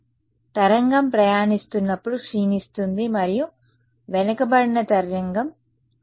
కాబట్టి తరంగం ప్రయాణిస్తున్నప్పుడు క్షీణిస్తుంది మరియు వెనుకబడిన తరంగం k′x